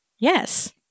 Yes